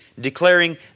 Declaring